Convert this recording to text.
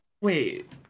Wait